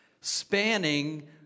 spanning